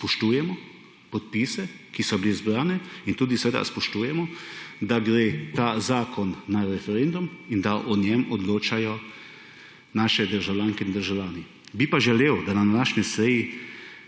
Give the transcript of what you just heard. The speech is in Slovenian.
spoštujemo podpise, ki so bili zbrani, in tudi spoštujemo, da gre ta zakon na referendum in da o njem odločajo naše državljanke in državljani. Bi pa želel, da na današnji seji